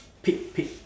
pig pig